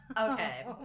Okay